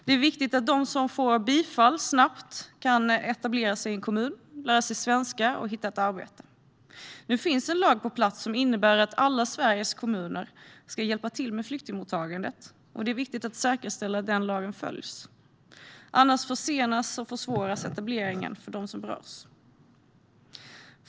Det är viktigt att de som får bifall snabbt kan etablera sig i en kommun, lära sig svenska och hitta ett arbete. Nu finns en lag på plats som innebär att alla Sveriges kommuner ska hjälpa till med flyktingmottagandet, och det är viktigt att säkerställa att den lagen följs. Annars försenas och försvåras etableringen för dem som berörs.